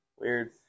Weird